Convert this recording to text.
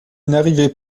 n’arrivait